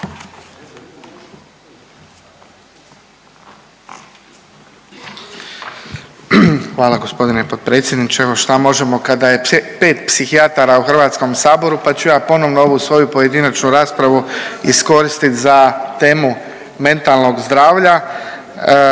Hvala gospodine potpredsjedniče. Evo šta možemo kada je pet psihijatara u Hrvatskom saboru pa ću ja ponovno ovu svoju pojedinačnu raspravu iskoristit za temu mentalnog zdravlja.